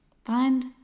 find